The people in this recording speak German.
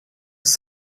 ist